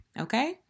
Okay